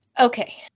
Okay